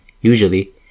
Usually